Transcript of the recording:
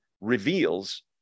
reveals